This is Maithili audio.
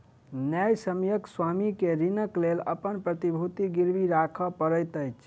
न्यायसम्यक स्वामी के ऋणक लेल अपन प्रतिभूति गिरवी राखअ पड़ैत अछि